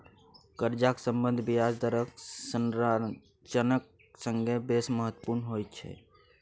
कर्जाक सम्बन्ध ब्याज दरक संरचनाक संगे बेस महत्वपुर्ण होइत छै